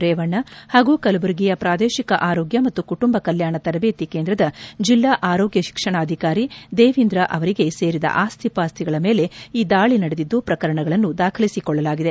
ರೇವಣ್ಣ ಹಾಗೂ ಕಲಬುರಗಿಯ ಪ್ರಾದೇಶಕ ಆರೋಗ್ಣ ಮತ್ತು ಕುಟುಂಬ ಕಲ್ಟಾಣ ತರದೇತಿ ಕೇಂದ್ರದ ಜಿಲ್ಲಾ ಆರೋಗ್ಯ ಶಿಕ್ಷಣಾಧಿಕಾರಿ ದೇವಿಂದ್ರ ಅವರಿಗೆ ಸೇರಿದ ಆಸ್ತಿಪಾಸ್ತಿಗಳ ಮೇಲೆ ಈ ದಾಳಿ ನಡೆದಿದ್ದು ಪ್ರಕರಣಗಳನ್ನು ದಾಖಲಿಸಿಕೊಳ್ಳಲಾಗಿದೆ